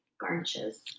garnishes